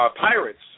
pirates